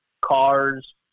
cars